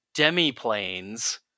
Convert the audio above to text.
Demi-planes